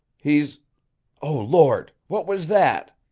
he's oh lord! what was that?